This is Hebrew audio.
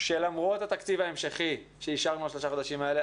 שלמרות התקציב ההמשכי שאישרנו לשלושה חודשים האלה,